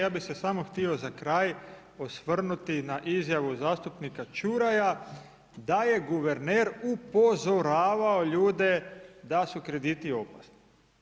Ja bih se samo htio za kraj osvrnuti na izjavu zastupnika Čuraja da je guverner upozoravao ljude da su krediti opasni.